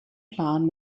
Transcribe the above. plan